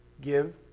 Give